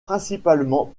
principalement